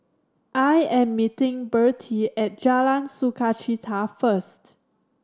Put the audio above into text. I am meeting Bertie at Jalan Sukachita first